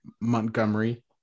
Montgomery